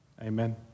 Amen